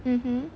mmhmm